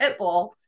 Pitbull